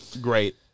Great